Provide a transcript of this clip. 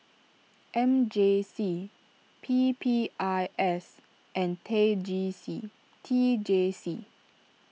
M J C P P I S and tag G C T J C